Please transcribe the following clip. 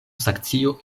saksio